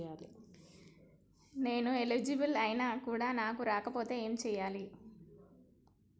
నేను ఎలిజిబుల్ ఐనా కూడా నాకు రాకపోతే ఏం చేయాలి?